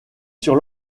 sur